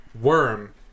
worm